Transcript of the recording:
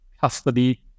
custody